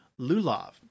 lulav